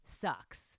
sucks